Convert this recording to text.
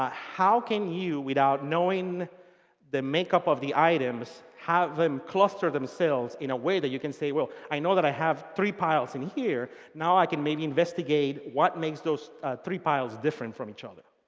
ah how can you without knowing the makeup of the items have um cluster themselves in a way that you can say, well, i know i have three piles in here. now i can maybe investigate what makes those three piles different from each other.